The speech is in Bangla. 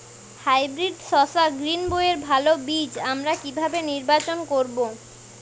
হাইব্রিড শসা গ্রীনবইয়ের ভালো বীজ আমরা কিভাবে নির্বাচন করব?